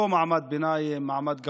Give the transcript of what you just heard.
לא מעמד ביניים ומעמד גבוה,